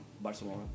Barcelona